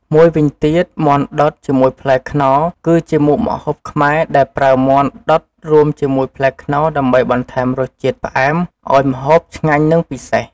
មួយវិញទៀតមាន់ដុតជាមួយផ្លែខ្នុរ គឺជាម្ហូបខ្មែរដែលប្រើមាន់ ដុតរួមជាមួយផ្លែខ្នុរដើម្បីបន្ថែមរសជាតិផ្អែមឱ្យម្ហូបឆ្ងាញ់និងពិសេស។